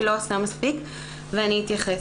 היא לא עושה מספיק ואני אתייחס.